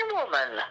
woman